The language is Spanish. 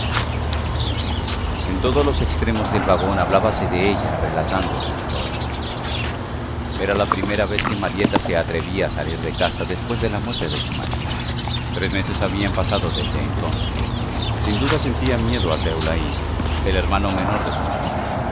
en todos los extremos del vagón hablábase de ella relatando su historia era la primera vez que marieta se atrevía a salir de casa después de la muerte de su marido tres meses habían pasado desde entonces sin duda sentía miedo a teulaí el hermano menor de su marido